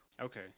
Okay